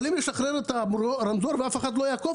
יכולים לשחרר את הרמזור ואף אחד לא יעקוף